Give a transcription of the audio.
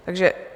Takže...